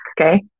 okay